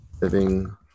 living